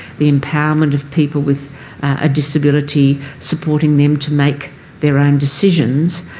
the empowerment of people with a disability, supporting them to make their own decisions,